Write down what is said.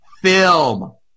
film